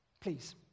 Please